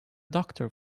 doctor